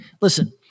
listen